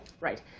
Right